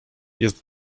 jest